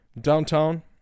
downtown